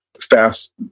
fast